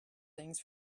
things